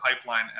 pipeline